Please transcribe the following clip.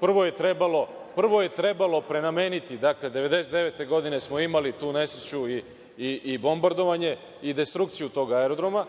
Prvo je trebalo prenameniti, dakle, 1999. godine smo imali tu nesreću i bombardovanje i destrukciju tog aerodroma,